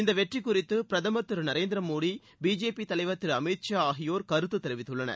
இந்த வெற்றி குறித்து பிரதமர் திரு நரேந்திர மோடி பிஜேபி தலைவர் திரு அமித் ஷா ஆகியோர் கருத்து தெரிவித்துள்ளனர்